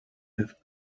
have